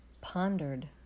pondered